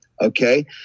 okay